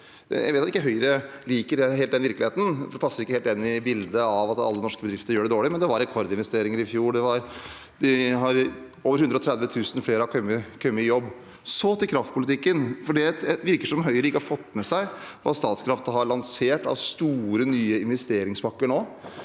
at Høyre ikke liker den virkeligheten, for den passer ikke helt inn i bildet av at alle norske bedrifter gjør det dårlig, men det var rekordinvesteringer i fjor. Over 130 000 flere har kommet i jobb. Til kraftpolitikken: Det virker som om Høyre ikke har fått med seg at Statkraft nå har lansert store, nye in vesteringspakker i